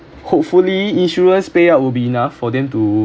hopefully insurance payout will be enough for them to